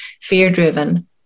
fear-driven